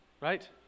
right